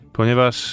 ponieważ